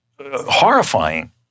horrifying